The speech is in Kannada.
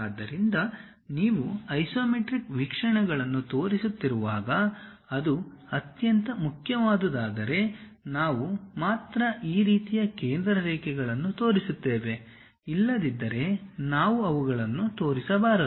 ಆದ್ದರಿಂದ ನೀವು ಐಸೊಮೆಟ್ರಿಕ್ ವೀಕ್ಷಣೆಗಳನ್ನು ತೋರಿಸುತ್ತಿರುವಾಗ ಅದು ಅತ್ಯಂತ ಮುಖ್ಯವಾದುದಾದರೆ ನಾವು ಮಾತ್ರ ಈ ರೀತಿಯ ಕೇಂದ್ರ ರೇಖೆಗಳನ್ನು ತೋರಿಸುತ್ತೇವೆ ಇಲ್ಲದಿದ್ದರೆ ನಾವು ಅವುಗಳನ್ನು ತೋರಿಸಬಾರದು